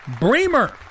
Bremer